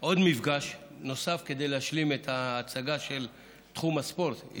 מפגש כדי להשלים את ההצגה של תחום הספורט,